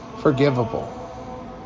forgivable